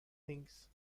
things